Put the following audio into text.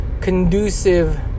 Conducive